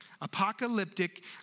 Apocalyptic